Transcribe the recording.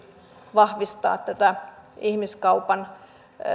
vahvistaa ihmiskaupan